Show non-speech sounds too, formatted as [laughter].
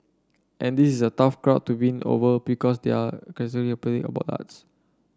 and this is a tough crowd to win over because they are [unintelligible] about arts